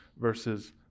versus